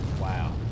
Wow